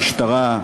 המשטרה,